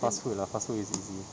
fast food lah fast food is easy